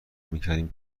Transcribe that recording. میکردم